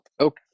okay